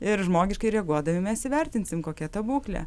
ir žmogiškai reaguodami mes įvertinsim kokia ta būklė